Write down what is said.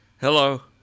Hello